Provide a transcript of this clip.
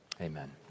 Amen